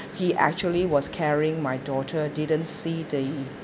he actually was carrying my daughter didn't see the